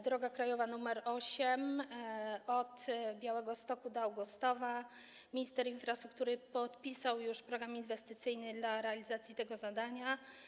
Droga krajowa nr 8 od Białegostoku do Augustowa - minister infrastruktury podpisał już program inwestycyjny dotyczący realizacji tego zadania.